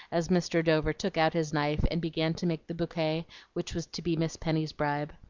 as mr. dover took out his knife and began to make the bouquet which was to be miss penny's bribe.